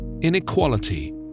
inequality